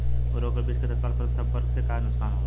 उर्वरक और बीज के तत्काल संपर्क से का नुकसान होला?